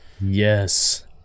Yes